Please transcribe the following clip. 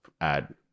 add